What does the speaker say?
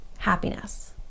happiness